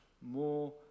more